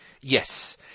Yes